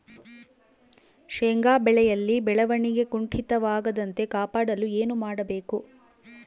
ಶೇಂಗಾ ಬೆಳೆಯಲ್ಲಿ ಬೆಳವಣಿಗೆ ಕುಂಠಿತವಾಗದಂತೆ ಕಾಪಾಡಲು ಏನು ಮಾಡಬೇಕು?